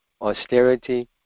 austerity